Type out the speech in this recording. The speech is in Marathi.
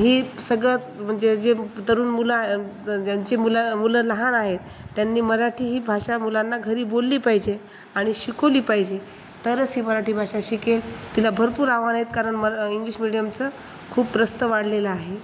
ही सगळ्यात म्हणजे जे तरुण मुलं ज्यांचे मुलं मुलं लहान आहेत त्यांनी मराठी ही भाषा मुलांना घरी बोलली पाहिजे आणि शिकवली पाहिजे तरच ही मराठी भाषा शिकेल तिला भरपूर आव्हानं आहेत कारण मरा इंग्लिश मिडियमचं खूप प्रस्थ वाढलेलं आहे